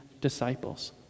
disciples